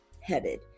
headed